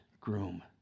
groom